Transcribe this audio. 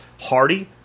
hardy